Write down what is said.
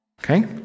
Okay